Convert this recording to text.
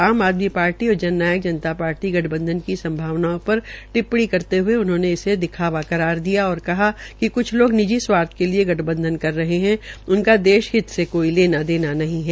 आज आदमी पार्टी और जननायक जनता पार्टी गठबंधन की संभावनाओं पर टिप्पणी करते हये उन्होंने इसे दिखावा करार दिया और कहा कि क्छ लोग निजी स्वार्थ के लिये गठबंधन कर रहे है उनका देश हित से कोई लेना देना नहीं है